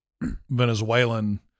Venezuelan